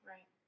Right